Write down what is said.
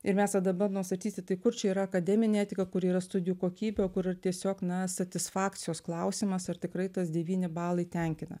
ir mes tada bandom statysti tai kur čia yra akademinė etika kur yra studijų kokybė kur tiesiog na satisfakcijos klausimas ar tikrai tas devyni balai tenkina